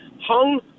hung